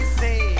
say